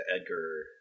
Edgar